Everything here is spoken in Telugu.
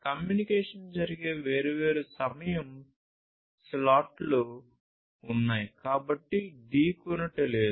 కమ్యూనికేషన్ జరిగే వేర్వేరు సమయ స్లాట్లు ఉన్నాయి కాబట్టి ఢీకొనుట లేదు